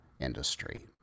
industry